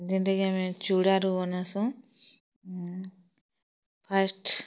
ଯେନ୍ଟାକି ଆମେ ଚୁଡ଼ାରୁ ବନାସୁଁ ଫାଷ୍ଟ୍